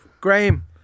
Graham